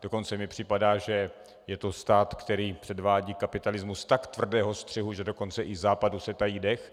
Dokonce mi připadá, že je to stát, který předvádí kapitalismus tak tvrdého střihu, že dokonce i Západu se tají dech.